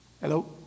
Hello